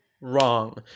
wrong